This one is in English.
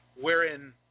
Wherein